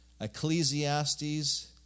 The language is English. Ecclesiastes